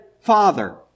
Father